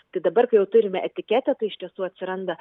tai dabar kai jau turime etiketę tai iš tiesų atsiranda